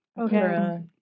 Okay